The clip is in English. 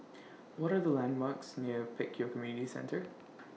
What Are The landmarks near Pek Kio Community Centre